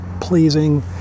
pleasing